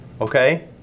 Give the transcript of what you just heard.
Okay